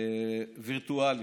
וירטואלי,